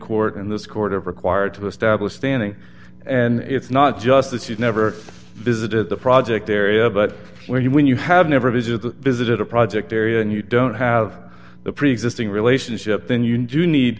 court and this court of required to establish standing and it's not just that you never visited the project area but where you when you have never visited visited a project area and you don't have the preexisting relationship then you do need